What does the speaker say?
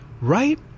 right